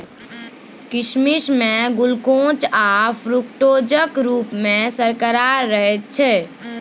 किसमिश मे ग्लुकोज आ फ्रुक्टोजक रुप मे सर्करा रहैत छै